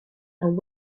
and